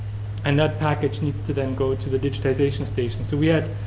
and that package needs to then go to the digitation station. so we had,